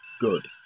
Good